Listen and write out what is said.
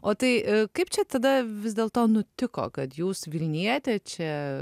o tai kaip čia tada vis dėlto nutiko kad jūs vilnietė čia